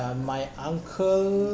my uncle